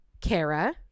Kara